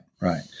right